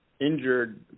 injured